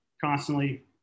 constantly